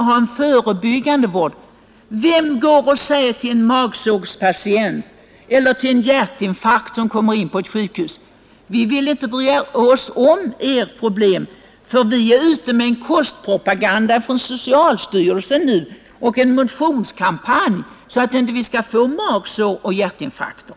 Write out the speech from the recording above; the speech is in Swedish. Då frågar jag: Vem går och säger till en magsårspatient eller till en människa med hjärtinfarkt, som kommer in på ett sjukhus: ”Vi vill inte bry oss om era problem; socialstyrelsen håller på med en kostpropaganda och en motionskampanj för att förebygga magsår och hjärtinfarkter”?